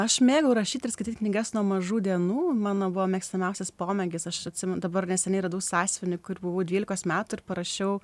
aš mėgau rašyt ir skaityt knygas nuo mažų dienų mano buvo mėgstamiausias pomėgis aš atsimenu dabar neseniai radau sąsiuvinį kur buvau dvylikos metų ir parašiau